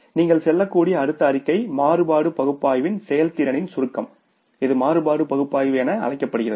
நீங்கள் சொல்லக்கூடிய அடுத்த அறிக்கை மாறுபாடு பகுப்பாய்வின் செயல்திறனின் சுருக்கம் இது மாறுபாடு பகுப்பாய்வு என அழைக்கப்படுகிறது